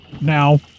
Now